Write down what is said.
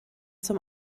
zum